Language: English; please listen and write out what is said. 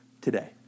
today